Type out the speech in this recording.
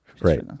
Right